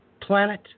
planet